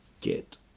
get